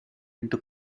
into